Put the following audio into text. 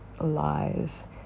lies